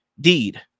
deed